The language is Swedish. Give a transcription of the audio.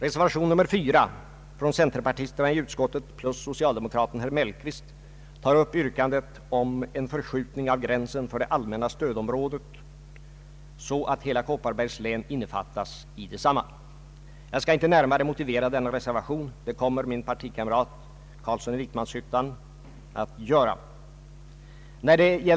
Reservation 4 från centerpartisterna i utskottet plus socialdemokraten herr Mellqvist tar upp yrkandet om en förskjutning av gränsen för det allmänna stödområdet så att hela Kopparbergs län innefattas i detsamma. Jag skall inte närmare motivera denna reservation, utan det kommer min partikamrat herr Carlsson i Vikmanshyttan att göra.